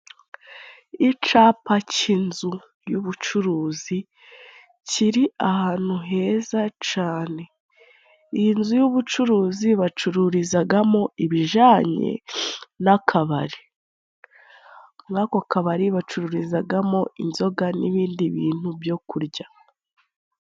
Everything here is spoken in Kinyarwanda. Icapa cy'inzu y'ubucuruzi kiri ahantu heza cane. Iyi nzu y'ubucuruzi bacururizagamo ibijanye n'akabari. Muri ako kabari bacururizagamo inzoga n'ibindi bintu byo kurya.